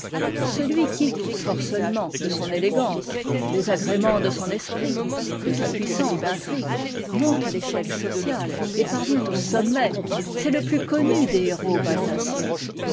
celui qui fort seulement de son élégance des agréments de son esprit de sa puissance d'intrigue monte l'échelle sociale et parvient au sommet c'est le plus connu des héros